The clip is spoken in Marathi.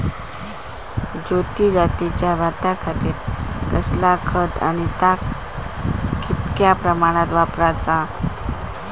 ज्योती जातीच्या भाताखातीर कसला खत आणि ता कितक्या प्रमाणात वापराचा?